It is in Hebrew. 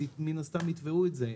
מן הסתם יתבעו את זה.